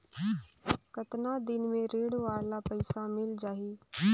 कतना दिन मे ऋण वाला पइसा मिल जाहि?